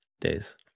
days